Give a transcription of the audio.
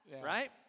right